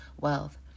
wealth